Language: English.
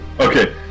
Okay